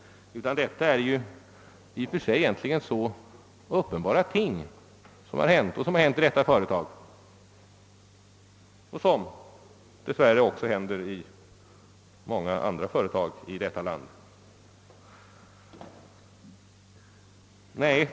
Vad som hänt i detta företag är egentligen i och för sig uppenbara ting, vilka dess värre också händer i många andra företag i detta land.